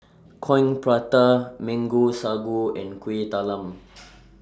Coin Prata Mango Sago and Kueh Talam